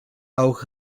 auch